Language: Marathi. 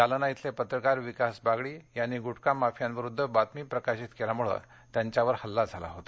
जालना इथले पत्रकार विकास बागडी यांनी गुटखा माफियांविरुद्ध बातमी प्रकाशित केल्यामुळे त्यांच्यावर हल्ला झाला होता